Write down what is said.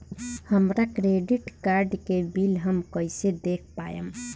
हमरा credit card के bill हम कइसे देख पाएम?